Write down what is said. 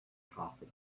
coffee